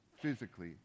physically